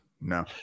no